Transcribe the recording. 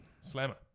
Slammer